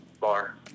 bar